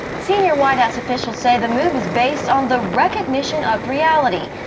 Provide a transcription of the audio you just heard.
senior white house officials say the move is based on the recognition of reality,